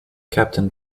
captain